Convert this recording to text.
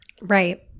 Right